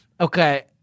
Okay